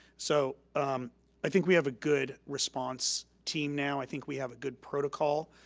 so i think we have a good response team now. i think we have a good protocol,